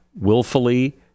willfully